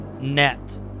net